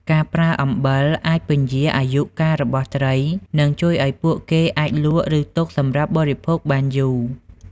ការប្រើអំបិលអាចពន្យារអាយុកាលរបស់ត្រី និងជួយឱ្យពួកគេអាចលក់ឬទុកសម្រាប់បរិភោគបានយូរ។